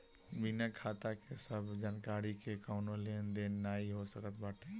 बिना खाता के सब जानकरी के कवनो लेन देन नाइ हो सकत बाटे